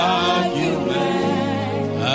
argument